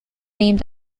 named